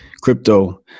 Crypto